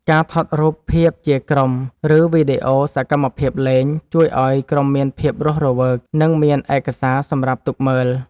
ការថតរូបភាពជាក្រុម ឬវីដេអូសកម្មភាពលេង ជួយឱ្យក្រុមមានភាពរស់រវើក និងមានឯកសារសម្រាប់ទុកមើល។